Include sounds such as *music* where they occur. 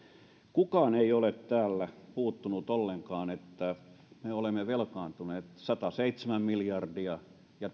kukaan ei ole täällä puuttunut ollenkaan siihen että me olemme velkaantuneet sataseitsemän miljardia ja *unintelligible*